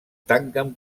tanquen